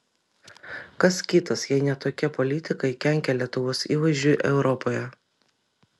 kas kitas jei ne tokie politikai kenkia lietuvos įvaizdžiui europoje